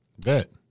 Bet